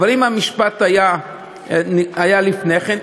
אבל אם המשפט היה לפני כן,